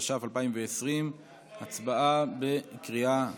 התש"ף 2020. הצבעה בקריאה שנייה.